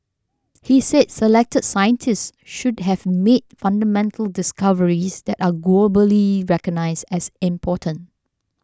he said selected scientists should have made fundamental discoveries that are globally recognised as important